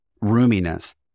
roominess